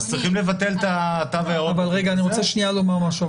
אני רוצה שנייה לומר משהו,